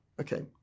okay